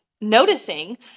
noticing